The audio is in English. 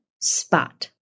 spot